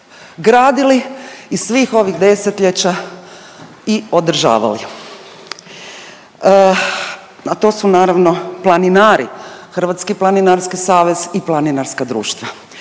gradili i svih ovih desetljeća i održavali. A to su naravno planinari, Hrvatski planinarski savez i planinarska društva.